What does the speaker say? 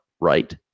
Right